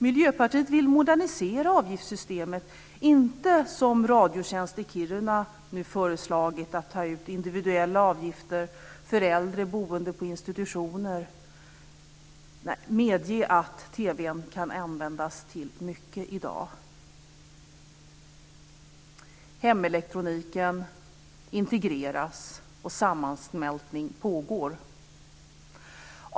Miljöpartiet vill modernisera avgiftssystemet, men inte som Radiotjänst i Kiruna nu föreslagit, dvs. att ta ut individuella avgifter för äldre boende på institutioner. Medge att TV:n kan användas till mycket i dag! Hemelektroniken integreras, och sammansmältning pågår.